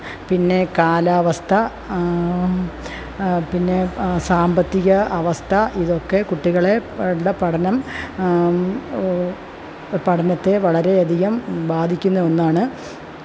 പിന്നെ കാലാവസ്ഥ പിന്നെ സാമ്പത്തിക അവസ്ഥ ഇതൊക്കെ കുട്ടികളെ ഉള്ള പഠനം പഠനത്തെ വളരേയധികം ബാധിക്കുന്ന ഒന്നാണ്